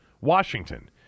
Washington